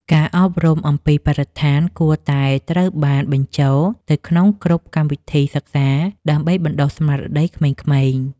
ការអប់រំអំពីបរិស្ថានគួរតែត្រូវបានបញ្ចូលទៅក្នុងគ្រប់កម្មវិធីសិក្សាដើម្បីបណ្តុះស្មារតីក្មេងៗ។